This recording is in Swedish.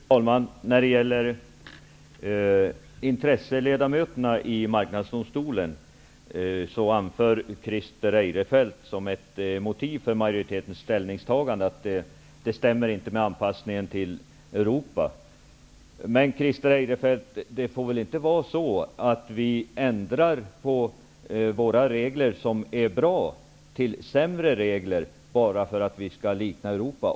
Fru talman! När det gäller intresseledamöterna i Marknadsdomstolen anför Christer Eirefelt som ett motiv för majoritetens ställningstagande att det systemet inte stämmer med anpassningen till Europa. Men, Christer Eirefelt, det får inte vara så att vi ändrar våra regler, som är bra, till sämre regler bara för att vi skall likna Europa.